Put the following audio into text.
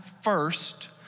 first